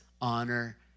honor